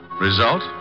Result